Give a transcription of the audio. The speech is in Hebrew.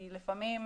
היא לפעמים,